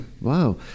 Wow